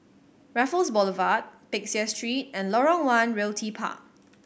Raffles Boulevard Peck Seah Street and Lorong One Realty Park